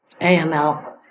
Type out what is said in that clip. AML